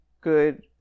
good